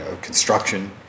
construction